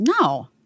No